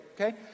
Okay